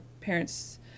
parents